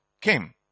came